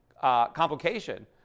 complication